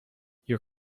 your